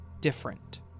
different